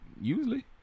Usually